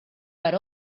per